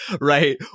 right